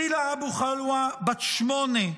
סילא אבו חלאוה, בת 8,